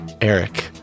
Eric